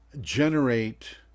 generate